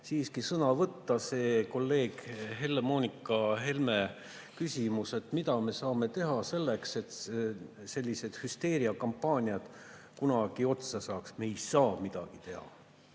siiski sõna võtta kolleeg Helle‑Moonika Helme küsimus, mida me saame teha selleks, et sellised hüsteeriakampaaniad kunagi otsa saaks. Me ei saagi midagi teha.